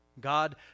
God